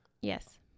Yes